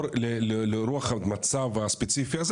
לרוח המצב הספציפי הזה,